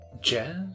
Jazz